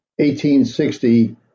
1860